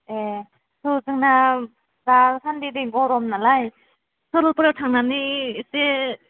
ए थौ जोंना दासान्दि जि गरम नालाय सरलपारायाव थांनानै इसे